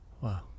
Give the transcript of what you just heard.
Wow